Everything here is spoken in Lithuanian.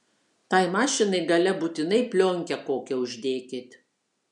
tai mašinai gale būtinai plionkę kokią uždėkit